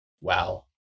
Wow